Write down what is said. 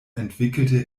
entwickelte